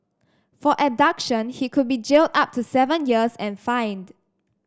for abduction he could be jailed up to seven years and fined